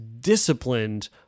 disciplined